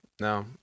no